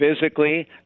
Physically